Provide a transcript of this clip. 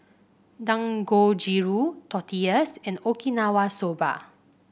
Dangojiru Tortillas and Okinawa Soba